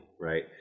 right